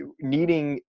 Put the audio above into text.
needing